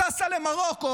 היא טסה למרוקו.